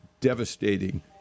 devastating